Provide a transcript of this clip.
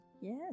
Yes